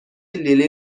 لیلی